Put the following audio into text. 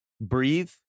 Breathe